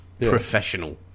Professional